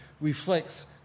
reflects